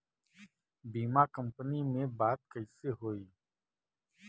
बीमा कंपनी में बात कइसे होई?